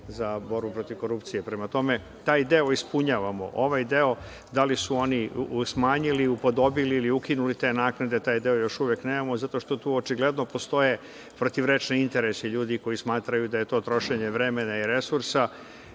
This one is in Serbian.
za borbu protiv korupcije. Prema tome, taj deo ispunjavamo. Ovaj deo, da li su oni smanjili, upodobili ili ukinuli te naknade, taj deo još uvek nemamo, zato što tu očigledno postoje protivrečni interesi ljudi koji smatraju da je to trošenje vremena i resursa.